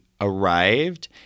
arrived